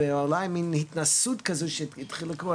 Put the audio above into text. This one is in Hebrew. ואולי מן התנסות כזו שתתחיל לקרות.